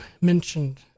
mentioned